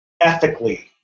ethically